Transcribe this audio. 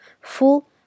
full